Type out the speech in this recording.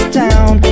town